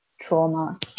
trauma